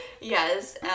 Yes